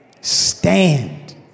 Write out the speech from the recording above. Stand